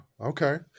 Okay